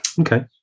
Okay